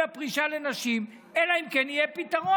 הפרישה לנשים אלא אם כן יהיה פתרון.